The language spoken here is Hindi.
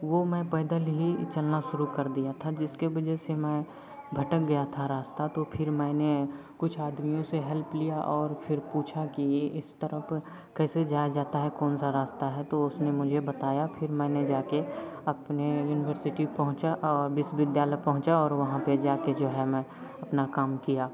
वह मैं पैदल ही चलना शुरू कर दिया था जिसके बजे से मैं भटक गया था रास्ता तो फिर मैंने कुछ आदमियों से हेल्प लिया और फिर पूछा कि यह इस तरफ़ कैसे जाया जाता है कौन सा रास्ता है तो उसने मुझे बताया फिर मैंने जाकर अपने युनिवर्सिटी पहुँचा विश्वविद्यालय पहुँचा और वहाँ पर जाकर जो है मैं अपना काम किया